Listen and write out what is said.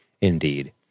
Indeed